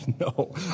no